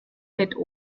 fett